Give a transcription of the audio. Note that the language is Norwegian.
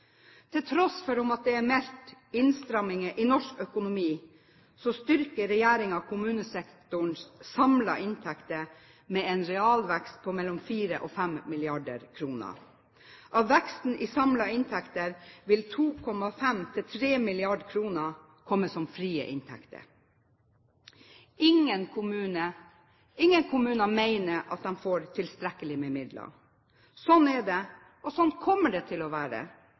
til å gjøre gjennom hele perioden. Til tross for at det er meldt om innstramminger i norsk økonomi, styrker regjeringen kommunesektorens samlede inntekter med en realvekst på mellom 4 og 5 mrd. kr. Av veksten i samlede inntekter vil 2,5–3 mrd. kr komme som frie inntekter. Ingen kommuner mener at de får tilstrekkelig med midler. Slik er det, og slik kommer det til å være.